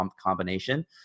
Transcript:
combination